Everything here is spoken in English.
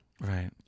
Right